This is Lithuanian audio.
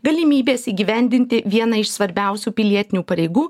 galimybės įgyvendinti vieną iš svarbiausių pilietinių pareigų